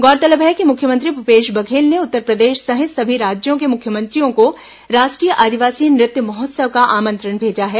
गौरतलब है कि मुख्यमंत्री भूपेश बघेल ने उत्तरप्रदेश सहित सभी राज्यों के मुख्यमंत्रियों को राष्ट्रीय आदिवासी नृत्य महोत्सव का आमंत्रण भेजा है